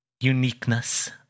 uniqueness